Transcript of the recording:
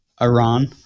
Iran